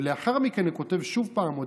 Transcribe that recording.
ולאחר מכן הוא כותב שוב הודעה,